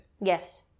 yes